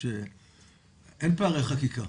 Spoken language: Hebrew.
אין פערי חקיקה.